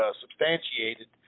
substantiated